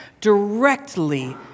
directly